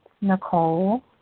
Nicole